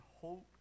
hope